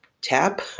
tap